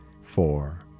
four